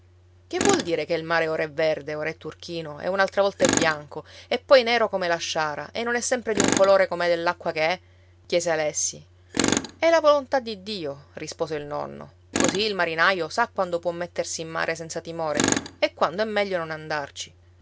che vuol dire che il mare ora è verde ora è turchino e un'altra volta è bianco e poi nero come la sciara e non è sempre di un colore come dell'acqua che è chiese alessi è la volontà di dio rispose il nonno così il marinaio sa quando può mettersi in mare senza timore e quando è meglio non andarci